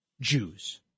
Jews